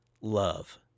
love